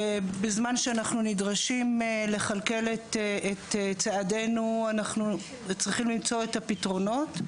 ובזמן שאנחנו נדרשים לכלכל את צעדנו אנחנו צריכים למצוא את הפתרונות.